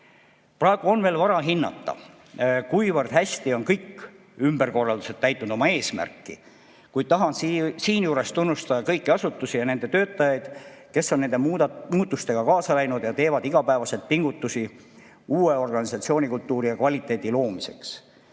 Praegu on veel vara hinnata, kuivõrd hästi on kõik ümberkorraldused täitnud oma eesmärki. Kuid tahan siinjuures tunnustada kõiki asutusi ja nende töötajaid, kes on nende muutustega kaasa läinud ja teevad iga päev pingutusi uue organisatsioonikultuuri ja kvaliteedi loomiseks.